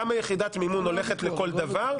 כמה יחידות מימון הולכת לכל דבר,